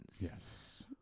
Yes